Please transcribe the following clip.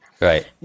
Right